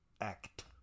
act